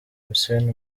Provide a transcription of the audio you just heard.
hussein